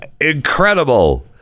incredible